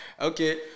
Okay